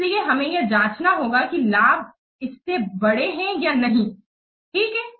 इसलिए हमें यह जांचना होगा कि लाभ इससे बड़े हैं या नहीं यह ठीक है